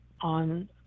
on